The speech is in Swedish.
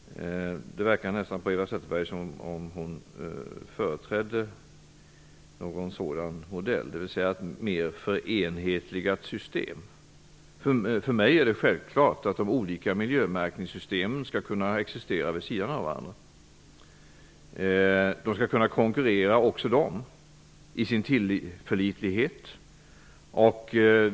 Det verkar nästan på Eva Zetterberg som om hon företräder någon annan modell, dvs. ett mer förenhetligat system. För mig är det självklart att de olika miljömärkningssystemen skall kunna existera vid sidan av varandra. De skall kunna konkurrera genom sin tillförlitlighet.